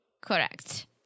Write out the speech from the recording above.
Correct